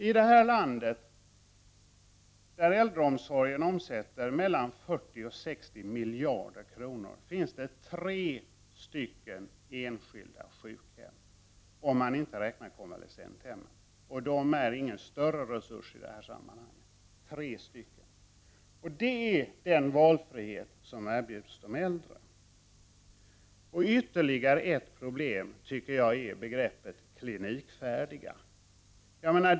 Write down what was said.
I det här landet, där äldreomsorgen omsätter mellan 40 och 60 miljarder kronor, finns tre enskilda sjukhem, om man inte räknar konvalescenthemmen som inte är någon större resurs i det här sammanhanget. Detta är den valfrihet som erbjuds de äldre. Ytterligare ett problem tycker jag är begreppet ”klinikfärdiga”.